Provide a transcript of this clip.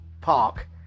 park